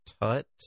Tut